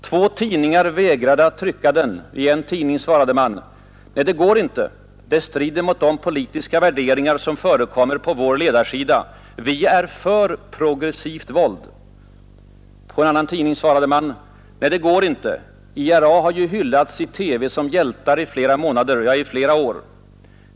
Två tidningar vägrade att trycka den. I en tidning svarade man: ”Nej, det går inte. Det strider mot de politiska värderingar som förekommer på vår ledarsida. Vi är för progressivt våld.” På en annan tidning svarade man: ”Nej, det går inte. IRA har ju hyllats i TV som hjältar i flera månader, ja i flera år.